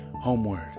Homeward